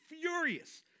furious